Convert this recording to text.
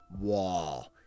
wall